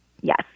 Yes